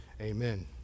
Amen